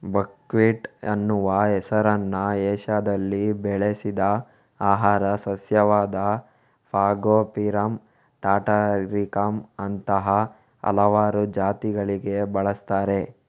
buckwheat ಅನ್ನುವ ಹೆಸರನ್ನ ಏಷ್ಯಾದಲ್ಲಿ ಬೆಳೆಸಿದ ಆಹಾರ ಸಸ್ಯವಾದ ಫಾಗೋಪಿರಮ್ ಟಾಟಾರಿಕಮ್ ಅಂತಹ ಹಲವಾರು ಜಾತಿಗಳಿಗೆ ಬಳಸ್ತಾರೆ